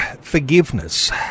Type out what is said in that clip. forgiveness